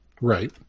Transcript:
Right